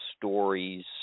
stories